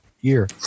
Year